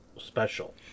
special